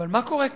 אבל מה קורה כאן?